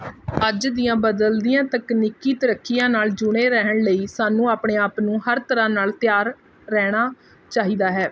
ਅੱਜ ਦੀਆਂ ਬਦਲਦੀਆਂ ਤਕਨੀਕੀ ਤਰੱਕੀਆਂ ਨਾਲ ਜੁੜੇ ਰਹਿਣ ਲਈ ਸਾਨੂੰ ਆਪਣੇ ਆਪ ਨੂੰ ਹਰ ਤਰ੍ਹਾਂ ਨਾਲ ਤਿਆਰ ਰਹਿਣਾ ਚਾਹੀਦਾ ਹੈ